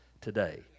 today